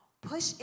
push